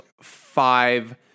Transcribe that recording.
five